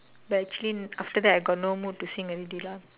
but actually after that I got no mood to sing already lah